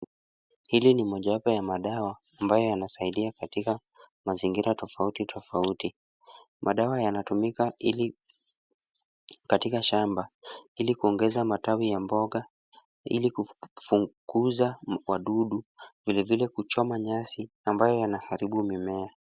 Hili ni moja wapo ya madawa ambayo yanasaidia katika mazingira tofauti tofauti. Madawa yanatumika ili katika shamba ili kuongeza matawi ya mboga ili kupunguza wadudu vilevile kuchoma nyasi ambayo yanaharibu mimea.